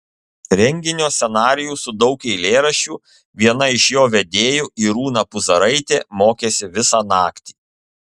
renginio scenarijų su daug eilėraščių viena iš jo vedėjų irūna puzaraitė mokėsi visą naktį